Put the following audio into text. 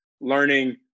learning